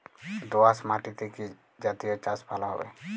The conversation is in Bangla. দোয়াশ মাটিতে কি জাতীয় চাষ ভালো হবে?